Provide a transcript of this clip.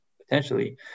potentially